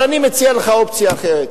אבל אני מציע לך אופציה אחרת.